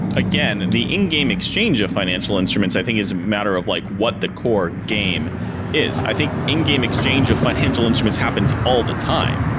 again, the in-game exchange of financial instruments i think is a matter of like what the core game is. i think in-game exchange of financial instruments happens all the time.